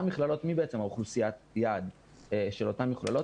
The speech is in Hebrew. מי בעצם אוכלוסיית היעד של אותן מכללות?